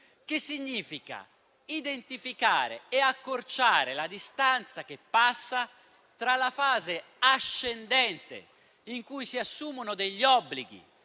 significa identificare e accorciare la distanza che passa tra la fase ascendente, in cui si assumono obblighi